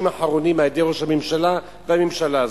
האחרונים על-ידי ראש הממשלה והממשלה הזאת.